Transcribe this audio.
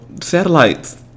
Satellites